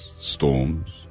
storms